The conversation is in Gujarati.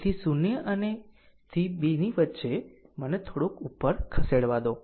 તેથી 0 થી 2 ની વચ્ચે મને થોડુંક ઉપર ખસેડવા દો